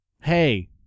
Hey